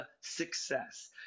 success